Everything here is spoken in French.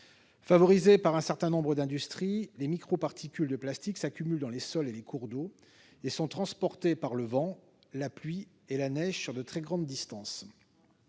favorisés par un certain nombre d'industries des micro-particules de plastique s'accumulent dans les sols et les cours d'eau et sont transportées par le vent, la pluie et la neige sur de très grandes distances